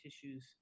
tissues